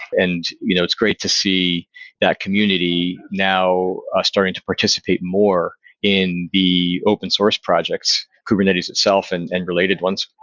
and you know it's great to see that community now starting to participate more in the open source projects, kubernetes itself and and related ones.